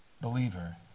believer